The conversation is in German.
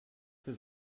für